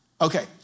Okay